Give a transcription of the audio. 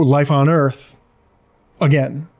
life on earth again,